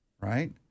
right